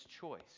choice